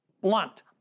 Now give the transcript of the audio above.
blunt